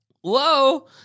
Whoa